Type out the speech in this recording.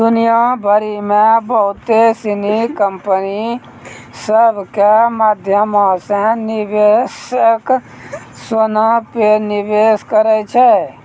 दुनिया भरि मे बहुते सिनी कंपनी सभ के माध्यमो से निवेशक सोना पे निवेश करै छै